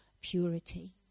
purity